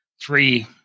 three